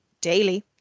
daily